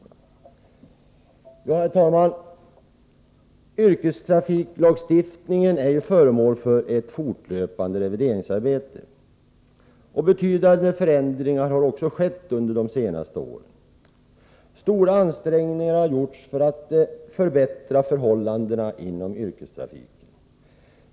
Herr talman! Yrkestrafiklagstiftningen är föremål för ett fortlöpande revideringsarbete. Betydande förändringar har också skett under de senaste åren. Stora ansträngningar har gjorts för att förbättra förhållandena inom yrkestrafiken.